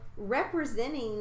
Representing